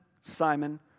Simon